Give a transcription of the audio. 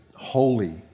holy